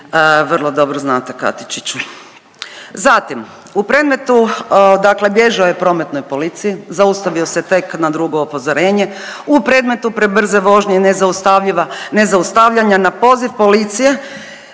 vrlo dobro znate, Katičiću. Zatim u predmetu, dakle bježao je prometnoj policiji, zaustavio se tek na drugo upozorenje, u premetu prebrze vožnje nezaustavljiva, nezaustavljanja na poziv policije,